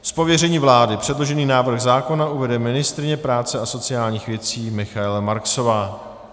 Z pověření vlády předložený návrh zákona uvede ministryně práce a sociálních věcí Michaela Marksová.